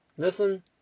Listen